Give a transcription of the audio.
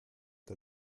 der